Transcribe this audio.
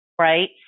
right